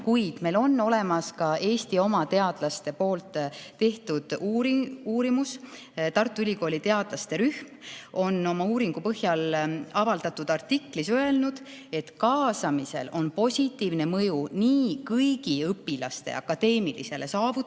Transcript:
Kuid meil on olemas ka Eesti oma teadlaste tehtud uurimus. Tartu Ülikooli teadlasterühm on oma uuringu põhjal avaldatud artiklis öelnud, et kaasamisel on positiivne mõju nii kõigi õpilaste akadeemilisele saavutusele